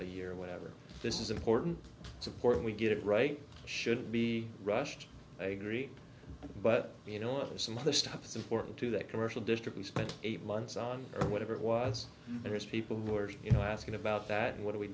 a year whatever this is important it's important we get it right shouldn't be rushed i agree but you know some of the stuff is important to that commercial district he spent eight months on or whatever it was there is people who are you know asking about that and what